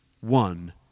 one